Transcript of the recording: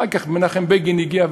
אחר כך מנחם בגין הגיע,